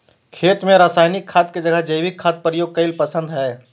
खेत में रासायनिक खाद के जगह जैविक खाद प्रयोग कईल पसंद हई